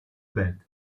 bed